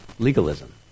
Legalism